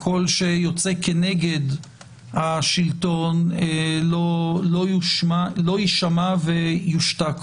הקול שיוצא כנגד השלטון, לא יישמע ויושתק.